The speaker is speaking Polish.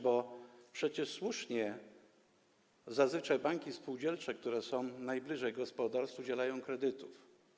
Bo przecież słusznie zauważono, że zazwyczaj banki spółdzielcze, które są najbliżej gospodarstw, udzielają kredytów.